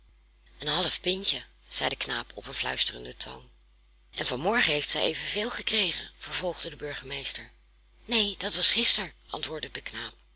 een half pintje zei de knaap op een fluisterenden toon en van morgen heeft zij evenveel gekregen vervolgde de burgemeester neen dat was gisteren antwoordde de knaap